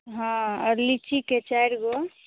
हँ आओर लीचीके चारि गो